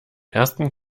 ersten